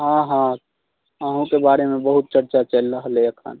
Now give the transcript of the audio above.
हँ हँ अहुँके बारेमे बहुत चर्चा चलि रहल अइ अखन